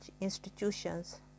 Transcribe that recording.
institutions